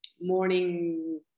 morning